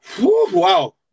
Wow